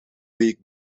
week